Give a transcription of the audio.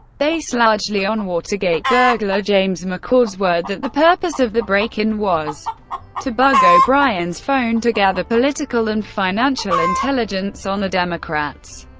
based largely on watergate burglar james mccord's word, that the purpose of the break-in was to bug o'brien's phone to gather political and financial intelligence on the democrats.